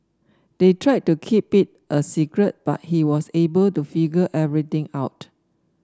they tried to keep it a secret but he was able to figure everything out